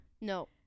No